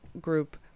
group